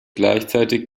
gleichzeitig